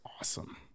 awesome